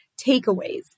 takeaways